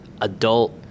adult